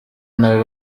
nabi